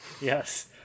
yes